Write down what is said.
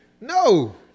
No